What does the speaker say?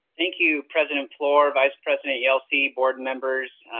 thank you president fluor, vice president yelsey, board members,